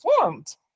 formed